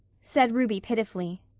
said ruby pitifully.